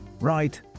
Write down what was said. Right